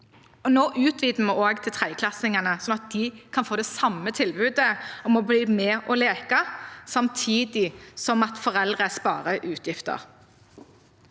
Nå utvider vi også til 3.-klassingene, sånn at de kan få det samme tilbudet om å bli med og leke, samtidig som at foreldre sparer utgifter.